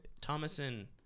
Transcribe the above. thomason